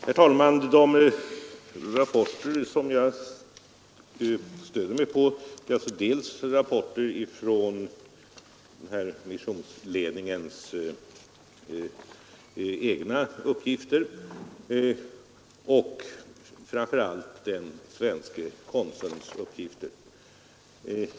Herr talman! De rapporter som jag stöder mig på är dels missionsledningens egna uppgifter, dels den svenske konsulns uppgifter.